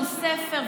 שהוא ספר,